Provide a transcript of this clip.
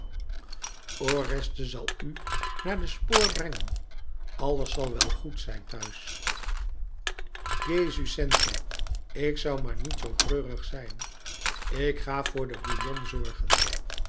oreste zal u naar den spoor brengen alles zal wel goed zijn thuis gesu senti ik zoû maar niet zoo treurig zijn ik ga voor den bouillon zorgen